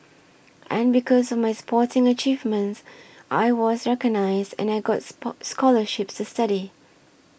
and because of my sporting achievements I was recognised and I got scholarships to study